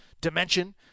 dimension